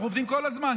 אנחנו עובדים כל הזמן,